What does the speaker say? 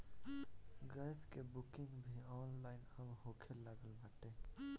gas कअ booking भी online अब होखे लागल बाटे